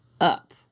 up